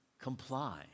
comply